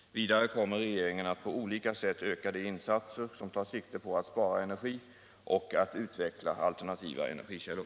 Vidare kommer regeringen att på olika sätt öka de insatser som tar sikte på att spara energi och att utveckla alternativa energikällor.